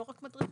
לא רק מדריכים,